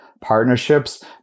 partnerships